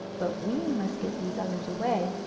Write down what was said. but we must get these others away,